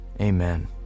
amen